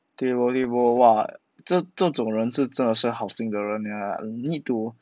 对我也我 !wah! 这种这种人是真的是好心的人 ah need to